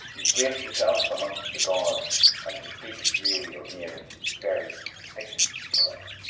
you've placed yourself amongst the gods and your feet really are made of very sticky clay.